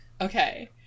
Okay